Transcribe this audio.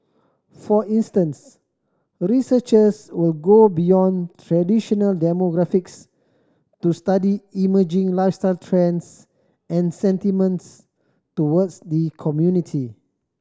for instance researchers will go beyond traditional demographics to study emerging lifestyle trends and sentiments towards the community